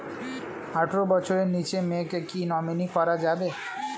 আঠারো বছরের নিচে মেয়েকে কী নমিনি করা যাবে?